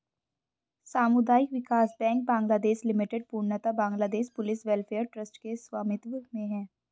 सामुदायिक विकास bank Bangladesh limited पूर्णतः बांग्लादेश पुलिस वेलफेयर ट्रस्ट के स्वामित्व में है